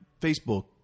Facebook